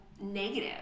negative